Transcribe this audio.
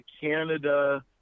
canada